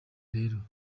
rero